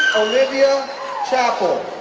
olivia chappell,